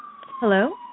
Hello